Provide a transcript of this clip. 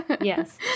Yes